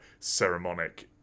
Ceremonic